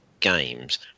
games